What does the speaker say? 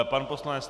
Pan poslanec